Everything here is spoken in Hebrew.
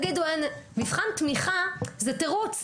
מבחן תמיכה זה תירוץ.